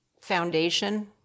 foundation